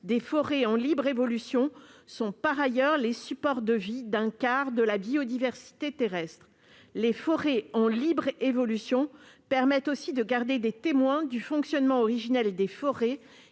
des forêts en libre évolution sont les supports de vie d'un quart de la biodiversité terrestre. La libre évolution permet aussi de garder des témoins du fonctionnement originel des forêts